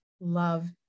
love